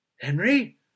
henry